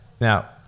Now